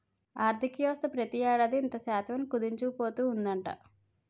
ఆర్థికవ్యవస్థ ప్రతి ఏడాది ఇంత శాతం అని కుదించుకుపోతూ ఉందట